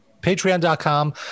patreon.com